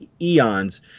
eons